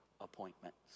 appointments